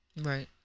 Right